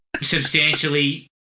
substantially